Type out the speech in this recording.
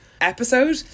episode